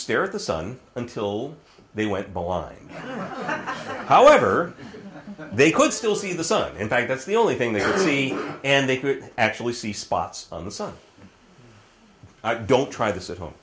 stare at the sun until they went blind however they could still see the sun in fact that's the only thing they see and they actually see spots on the sun i don't try this at home